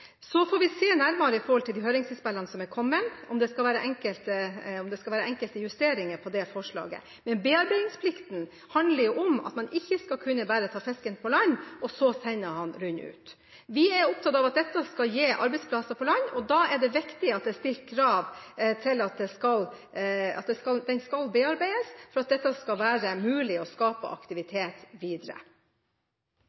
Så får vi se nærmere på de høringsinnspillene som er kommet, om det skal være enkelte justeringer av dette forslaget. Bearbeidingsplikten handler om at man ikke bare skal kunne ta fisken på land og så sende den videre. Vi er opptatt av at dette skal gi arbeidsplasser på land, og da er det viktig at det er stilt krav om at den skal bearbeides, slik at det skal være mulig å skape